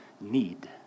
need